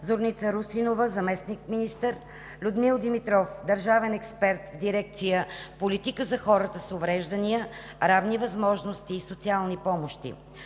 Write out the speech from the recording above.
Зорница Русинова – заместник-министър, Людмил Димитров – държавен експерт в дирекция „Политика за хората с увреждания, равни възможности и социални помощи“,